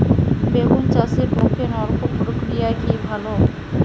বেগুন চাষের পক্ষে নলকূপ প্রক্রিয়া কি ভালো?